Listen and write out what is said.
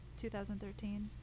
2013